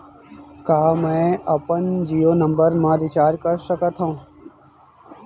का मैं अपन जीयो नंबर म रिचार्ज कर सकथव?